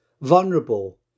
vulnerable